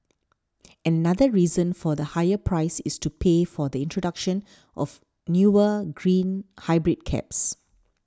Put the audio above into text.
another reason for the higher price is to pay for the introduction of newer green hybrid cabs